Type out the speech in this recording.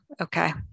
Okay